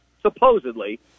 supposedly